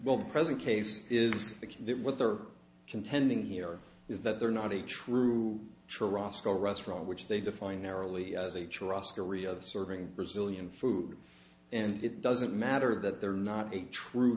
the present case is that what they're contending here is that they're not a true true roscoe restaurant which they define narrowly as h ross korea serving brazilian food and it doesn't matter that they're not a true